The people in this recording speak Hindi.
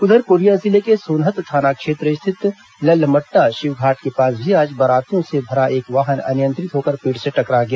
उधर कोरिया जिले के सोनहत थाना क्षेत्र स्थित ललमट्टा शिवघाट के पास भी आज बरातियों से भरा एक वाहन अनियंत्रित होकर पेड़ से टकरा गया